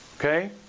Okay